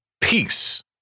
peace